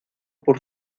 por